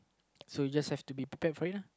so you just have to be prepared for it lah